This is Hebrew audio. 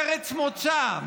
ארץ מוצא,